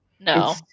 No